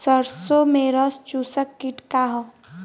सरसो में रस चुसक किट का ह?